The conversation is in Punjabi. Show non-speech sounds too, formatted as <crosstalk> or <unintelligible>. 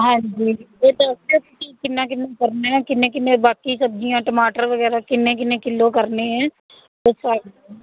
ਹਾਂਜੀ ਇਹ ਤਾਂ ਕਿਉਂਕਿ ਕਿੰਨਾ ਕਿੰਨਾ ਕਰਨਾ ਹੈ ਕਿੰਨੇ ਕਿੰਨੇ ਬਾਕੀ ਸਬਜ਼ੀਆਂ ਟਮਾਟਰ ਵਗੈਰਾ ਕਿੰਨੇ ਕਿੰਨੇ ਕਿੱਲੋ ਕਰਨੇ ਹੈ <unintelligible>